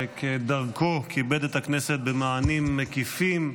שכדרכו כיבד את הכנסת במענים מקיפים,